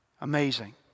Amazing